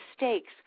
mistakes